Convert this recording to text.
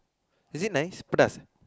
is it nice pedas